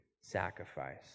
sacrifice